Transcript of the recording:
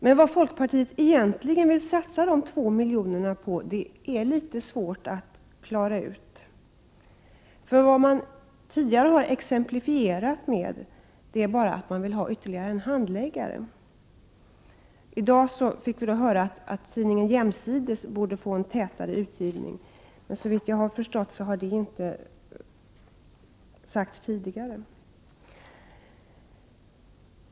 Men vad folkpartiet egentligen vill satsa de 2 miljonerna på är litet svårt att klara ut. Man har tidigare bara exemplifierat med att man vill ha en ytterligare handläggare. I dag fick vi höra att tidningen Jämsides borde få en tätare utgivning. Såvitt jag har förstått har detta inte sagts tidigare.